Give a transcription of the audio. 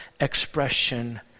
expression